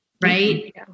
right